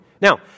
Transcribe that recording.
Now